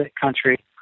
country